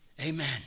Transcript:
Amen